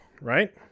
Right